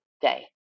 day